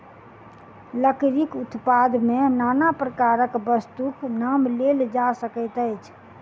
लकड़ीक उत्पाद मे नाना प्रकारक वस्तुक नाम लेल जा सकैत अछि